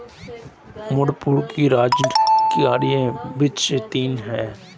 मणिपुर का राजकीय वृक्ष तून है